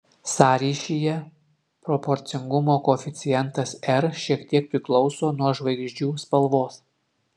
sąryšyje proporcingumo koeficientas r šiek tiek priklauso nuo žvaigždžių spalvos